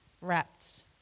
wrapped